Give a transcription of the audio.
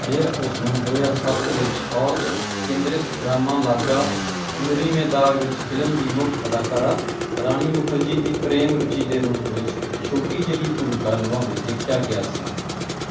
ਫਿਰ ਉਸਨੂੰ ਦੋ ਹਜ਼ਾਰ ਸੱਤ ਵਿੱਚ ਔਰਤ ਕੇਂਦ੍ਰਿਤ ਡਰਾਮਾ ਲਾਗਾ ਚੁੰਨਰੀ ਮੇਂ ਦਾਗ ਵਿੱਚ ਫਿਲਮ ਦੀ ਮੁੱਖ ਅਦਾਕਾਰਾ ਰਾਣੀ ਮੁਖਰਜੀ ਦੀ ਪ੍ਰੇਮ ਰੁਚੀ ਦੇ ਰੂਪ ਵਿੱਚ ਇੱਕ ਛੋਟੀ ਜਿਹੀ ਭੂਮਿਕਾ ਨਿਭਾਉਂਦੇ ਦੇਖਿਆ ਗਿਆ ਸੀ